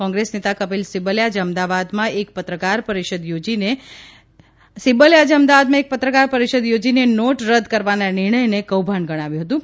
કોંગ્રેસ નેતા કપિલ સિબ્બલે આજે અમદાવાદમાં એક પત્રકારપરિષદ યોજીને સિબ્બલે આજે અમદાવાદમાં એક પત્રકાર પરિષદ યોજીને નોટ રદ કરવાના નિર્ણયને કૌભાંડ ગણાવ્યું હતું